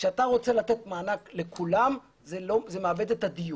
כשאתה רוצה לתת מענק לכולם, זה מאבד את הדיוק.